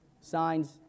Signs